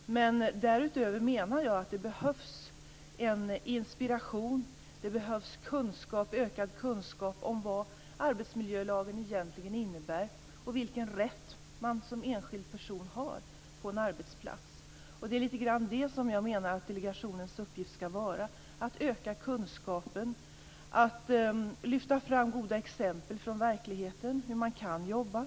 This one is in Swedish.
Men därutöver menar jag att det behövs en inspiration. Det behövs ökad kunskap om vad arbetsmiljölagen egentligen innebär och om vilken rätt man som enskild person har på en arbetsplats. Det är litet grand det som jag menar att delegationens uppgift skall vara. Det handlar om att öka kunskapen. Det handlar om att lyfta fram goda exempel från verkligheten, exempel på hur man kan jobba.